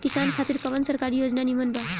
किसान खातिर कवन सरकारी योजना नीमन बा?